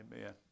Amen